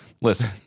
Listen